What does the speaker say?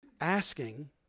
asking